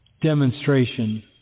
demonstration